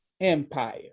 Empire